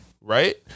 Right